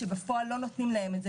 כשבפועל לא נותנים להם את זה.